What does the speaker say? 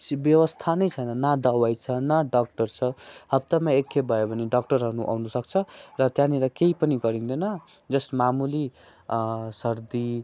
व्यवस्था नै छैन न दबाई छ ना डक्टर छ हप्तामा एकखेप भयो भने डक्टरहरू आउन सक्छ र त्यहाँनिर केही पनि गरिँदैन जस्ट मामुली सर्दी